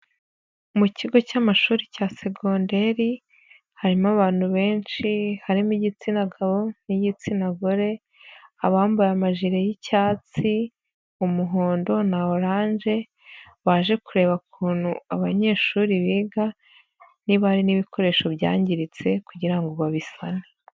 Mu kigo cy'amashuri cya segonderi harimo abantu benshi harimo igitsina gabo n'igitsina gore, abambaye amajire y'icyatsi, umuhondo na oranje baje kureba ukuntu abanyeshuri biga niba hari n'ibikoresho byangiritse kugira ngo babise.